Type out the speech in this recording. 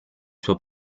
suo